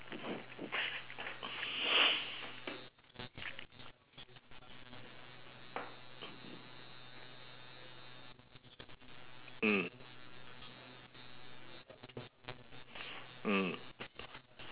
mm mm